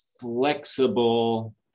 flexible